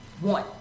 One